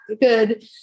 good